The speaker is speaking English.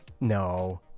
No